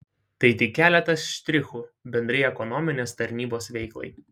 tai tik keletas štrichų bendrai ekonominės tarnybos veiklai